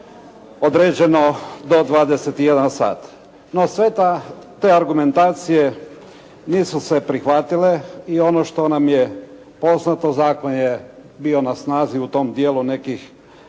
određeno do 21 sat. No sve ta, te argumentacije nisu se prihvatile i ono što nam je poznato zakon je bio na snazi u tom dijelu nekih